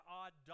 odd